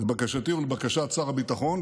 ולבקשתי ולבקשת שר הביטחון,